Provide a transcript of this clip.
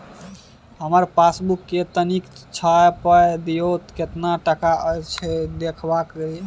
हमर पासबुक के तनिक छाय्प दियो, केतना टका अछि देखबाक ये?